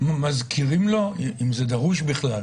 הוא מקבל התראה, מזכירים לו אם זה דרוש בכלל?